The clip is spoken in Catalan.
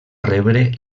rebre